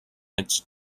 its